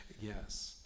Yes